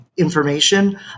Information